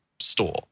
store